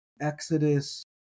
Exodus